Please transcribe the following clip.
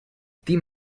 team